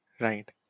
Right